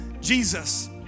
Jesus